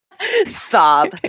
Sob